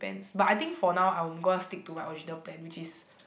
but I think for now I'm gonna stick to my original plan which is